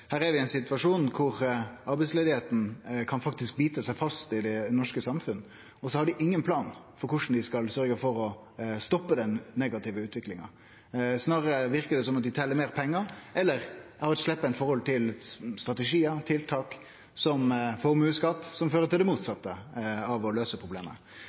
vi i ein situasjon der arbeidsløysa faktisk kan bite seg fast i det norske samfunnet, og så har dei ingen plan for korleis dei skal sørgje for å stoppe den negative utviklinga. Snarare verkar det som om dei tel meir pengar, eller har eit slepphendt forhold til strategiar og tiltak, som formuesskatt, noko som fører til det motsette av å løyse problemet.